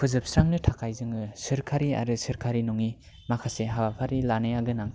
फोजोबस्रांनो थाखाय जोङो सरखारि आरो सरखारि नङै माखासे हाबाफारि लानाया गोनां